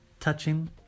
touching